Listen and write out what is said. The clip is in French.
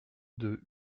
deux